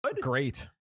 Great